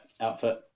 outfit